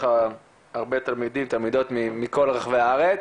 ככה הרבה תלמידים ותלמידות מכל רחבי הארץ.